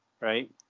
right